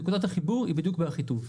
נקודת החיבור היא בדיוק באחיטוב.